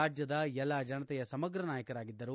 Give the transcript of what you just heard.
ರಾಜ್ಯದ ಎಲ್ಲಾ ಜನತೆಯ ಸಮಗ್ರ ನಾಯಕರಾಗಿದ್ದರು